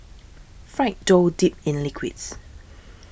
fried dough dipped in liquids